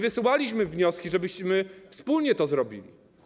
Wysyłaliśmy wnioski o to, żebyśmy wspólnie to zrobili.